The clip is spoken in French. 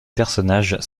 personnages